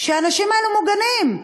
שהאנשים האלה מוגנים?